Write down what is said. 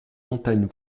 montagne